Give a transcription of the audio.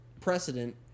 precedent